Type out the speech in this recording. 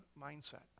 mindset